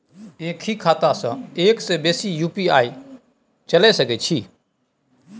एक ही खाता सं एक से बेसी यु.पी.आई चलय सके छि?